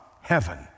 heaven